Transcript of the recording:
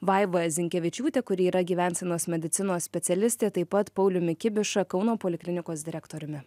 vaiva zinkevičiūte kuri yra gyvensenos medicinos specialistė taip pat pauliumi kibiša kauno poliklinikos direktoriumi